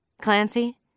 Clancy